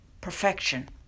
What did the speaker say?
perfection